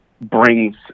brings